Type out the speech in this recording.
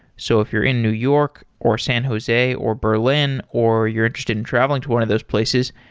so if you're in new york, or san jose, or berlin, or you're interested in traveling to one of those places,